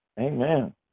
amen